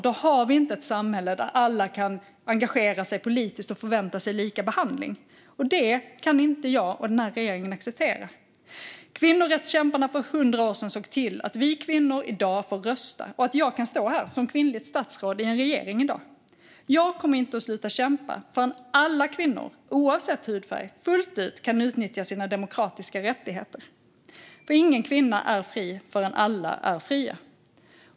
Då har vi heller inte ett samhälle där alla kan engagera sig politiskt och förvänta sig lika behandling. Detta kan inte jag och den här regeringen acceptera. Kvinnorättskämparna för 100 år sedan såg till att vi kvinnor i dag får rösta och att jag i dag kan stå här som kvinnligt statsråd i en regering. Jag kommer inte att sluta kämpa förrän alla kvinnor, oavsett hudfärg, fullt ut kan utnyttja sina demokratiska rättigheter, för ingen kvinna är fri förrän alla är fria.